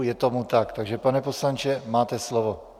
Je tomu tak, takže pane poslanče, máte slovo.